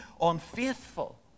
unfaithful